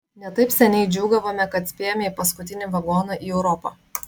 ne taip senai džiūgavome kad spėjome į paskutinį vagoną į europą